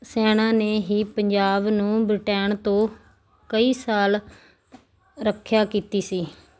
ਸੈਨਾ ਨੇ ਹੀ ਪੰਜਾਬ ਨੂੰ ਬ੍ਰਿਟੇਨ ਤੋਂ ਕਈ ਸਾਲ ਰੱਖਿਆ ਕੀਤੀ ਸੀ